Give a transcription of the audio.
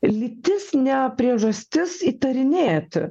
lytis ne priežastis įtarinėti